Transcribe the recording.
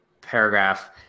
paragraph